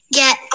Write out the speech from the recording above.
get